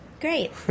Great